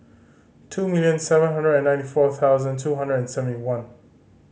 two million seven hundred and ninety four thousand two hundred and seventy one